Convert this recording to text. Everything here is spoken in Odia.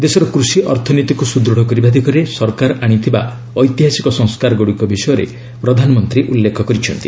ଦେଶର କୃଷି ଅର୍ଥନୀତିକୁ ସୁଦୃଢ଼ କରିବା ଦିଗରେ ସରକାର ଆଣିଥିବା ଏତିହାସିକ ସଂସ୍କାରଗୁଡ଼ିକ ବିଷୟରେ ପ୍ରଧାନମନ୍ତ୍ରୀ ଉଲ୍ଲେଖ କରିଛନ୍ତି